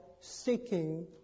seeking